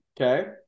Okay